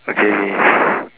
okay